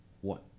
one